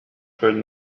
heard